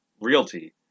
Realty